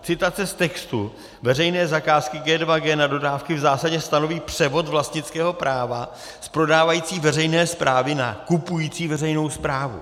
Citace z textu veřejné zakázky G2G na dodávky v zásadě stanoví převod vlastnického práva z prodávající veřejné správy na kupující veřejnou správu.